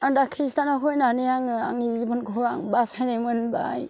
आं दा कृस्टानाव फैनानै आङो आंनि जिबनखौ बासायनाय मोनबाय